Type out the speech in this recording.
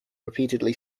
repeatedly